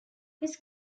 his